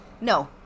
No